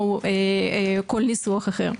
או כל ניסוח אחר.